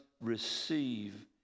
receive